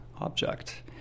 object